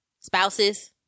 Spouses